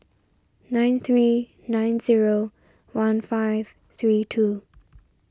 nine three nine zero one five three two